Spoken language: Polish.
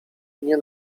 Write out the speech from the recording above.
nie